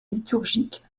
liturgique